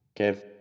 Okay